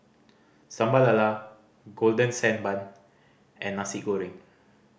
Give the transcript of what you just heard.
Sambal Lala Golden Sand Bun and Nasi Goreng